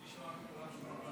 בדיוק.